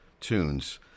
tunes